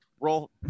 roll